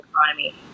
economy